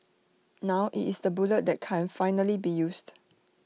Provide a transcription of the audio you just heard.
now IT is the bullet that can finally be used